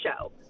show